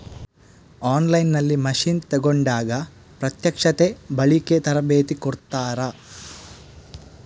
On line ನಲ್ಲಿ machine ತೆಕೋಂಡಾಗ ಪ್ರತ್ಯಕ್ಷತೆ, ಬಳಿಕೆ, ತರಬೇತಿ ಕೊಡ್ತಾರ?